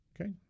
Okay